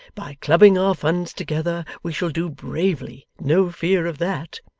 by clubbing our funds together, we shall do bravely no fear of that